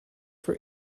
for